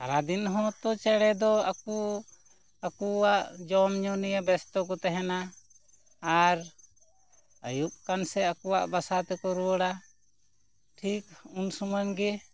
ᱥᱟᱨᱟ ᱫᱤᱱ ᱦᱚᱛᱚ ᱪᱮᱬᱮ ᱫᱚ ᱟᱠᱚ ᱟᱠᱚᱣᱟᱜ ᱡᱚᱢ ᱧᱩ ᱱᱤᱭᱟᱹ ᱵᱮᱥᱛᱚ ᱠᱚ ᱛᱟᱦᱮᱸᱱᱟ ᱟᱨ ᱟᱹᱭᱩᱵ ᱟᱠᱟᱱ ᱥᱮ ᱟᱠᱚᱣᱟᱜ ᱵᱟᱥᱟ ᱛᱮᱠᱚ ᱨᱩᱭᱟᱹᱲᱟ ᱴᱷᱤᱠ ᱩᱱ ᱥᱳᱢᱚᱭ ᱜᱮ